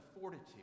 fortitude